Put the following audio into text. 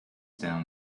down